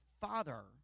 father